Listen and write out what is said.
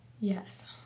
Yes